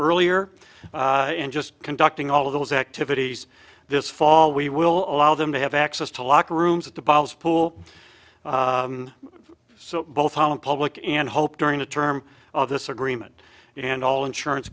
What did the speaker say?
earlier and just conducting all of those activities this fall we will allow them to have access to locker rooms at the pool so both public and hope during the term of this agreement and all insurance